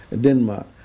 Denmark